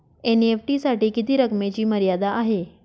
NEFT साठी किती रकमेची मर्यादा आहे?